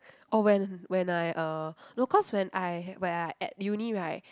oh when when I uh no cause when I when I at uni right